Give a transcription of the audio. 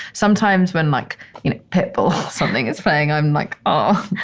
sometimes when like you know, pitbull or something is playing. i'm like, oh,